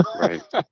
right